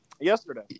yesterday